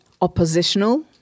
oppositional